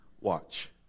Watch